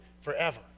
forever